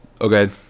Okay